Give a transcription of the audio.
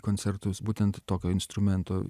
koncertus būtent tokio instrumento